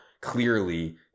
clearly